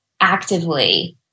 actively